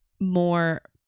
more